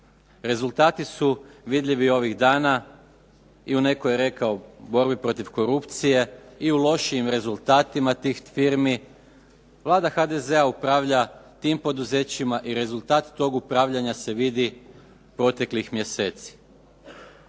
Rezultati su vidljivi ovih dana i netko je rekao u borbi protiv korupcije i u lošijim rezultatima tih firmi. Vlada HDZ-a upravlja tim poduzećima i rezultat tog upravljanja se vidi proteklih mjeseci.